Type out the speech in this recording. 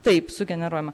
taip sugeneruojama